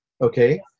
okay